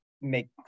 make